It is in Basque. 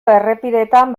errepideetan